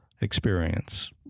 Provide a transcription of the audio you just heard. experience